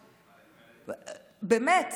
באמת,